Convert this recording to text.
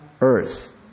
earth